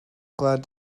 glad